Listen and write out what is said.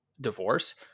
divorce